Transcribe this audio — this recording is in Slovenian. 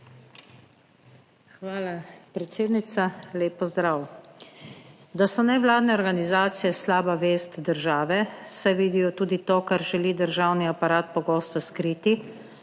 Hvala, predsednica. Lep pozdrav! Da so nevladne organizacije slaba vest države, saj vidijo tudi to, kar želi državni aparat pogosto skriti